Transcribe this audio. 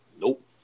Nope